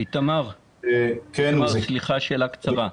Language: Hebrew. איתמר, סליחה, שאלה קצרה.